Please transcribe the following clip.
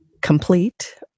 complete